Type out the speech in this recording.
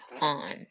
on